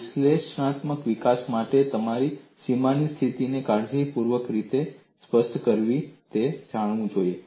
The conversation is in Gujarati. વિશ્લેષણાત્મક વિકાસ માટે પણ તમારે સીમાની સ્થિતિને કાળજીપૂર્વક કેવી રીતે સ્પષ્ટ કરવી તે જાણવું જોઈએ